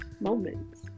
moments